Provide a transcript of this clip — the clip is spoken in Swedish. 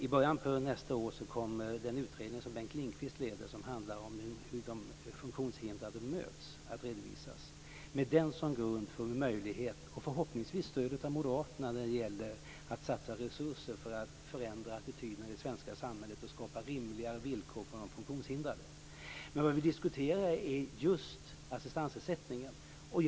I början av nästa år kommer utredningen om hur funktionshindrade möts, som leds av Bengt Lindqvist, att redovisas. Med den som grund får vi möjlighet, förhoppningsvis med stöd av moderaterna, att satsa resurser för att förändra attityderna i det svenska samhället och skapa rimliga villkor för de funktionshindrade. Men vad vi diskuterar nu är just assistansersättningen.